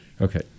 Okay